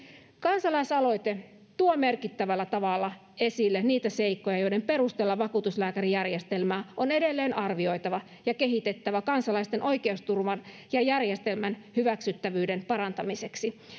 kansalaisaloite tuo merkittävällä tavalla esille niitä seikkoja joiden perusteella vakuutuslääkärijärjestelmää on edelleen arvioitava ja kehitettävä kansalaisten oikeusturvan ja järjestelmän hyväksyttävyyden parantamiseksi